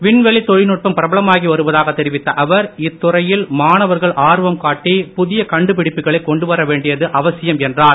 விண்வெளி தொழில்நுட்பம் பிரபலமாகி வருவதாக தெரிவித்த அவர் இத்துறையில் மாணவர்கள் ஆர்வம் காட்டி புதிய கண்டுபிடிப்புகளை கொண்டுவரவேண்டியது அவசியம் என்றார்